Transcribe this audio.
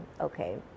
okay